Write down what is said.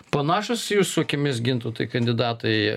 panašūs jūsų akimis gintautai kandidatai